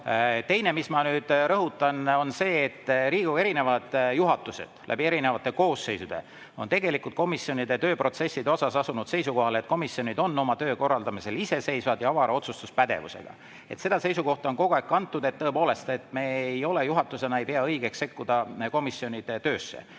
Teine, mis ma nüüd rõhutan, on see, et Riigikogu juhatused läbi eri koosseisude on tegelikult komisjonide tööprotsesside suhtes asunud seisukohale, et komisjonid on oma töö korraldamisel iseseisvad ja avara otsustuspädevusega. Seda seisukohta on kogu aeg toetatud, et me juhatusena ei pea õigeks sekkuda komisjonide töösse.